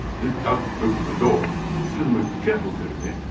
this does open the doors to the most fearful tyranny,